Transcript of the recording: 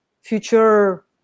future